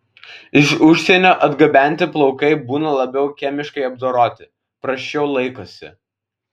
iš užsienio atgabenti plaukai būna labiau chemiškai apdoroti prasčiau laikosi